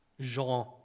Jean